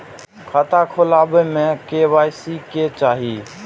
खाता खोला बे में के.वाई.सी के चाहि?